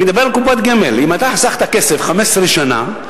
אני מדבר על קופת גמל, אם חסכת כסף 15 שנה,